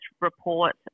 report